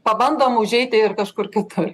pabandom užeiti ir kažkur kitur